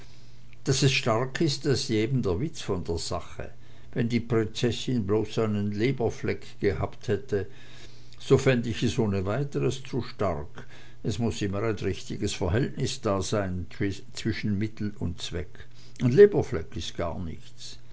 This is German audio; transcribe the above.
daß es stark ist das ist ja eben der witz von der sache wenn die prinzessin bloß einen leberfleck gehabt hätte so fänd ich es ohne weiteres zu stark es muß immer ein richtiges verhältnis dasein zwischen mittel und zweck ein leberfleck ist gar nichts